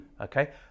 okay